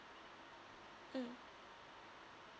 mm